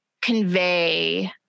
convey